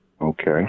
Okay